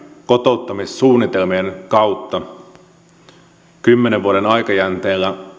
kotouttamissuunnitelmien kautta keskimäärin kymmenen vuoden aikajänteellä